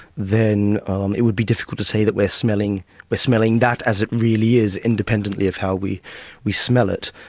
then um it would be difficult to say that we're smelling we're smelling that as it really is independently of how we we smell it.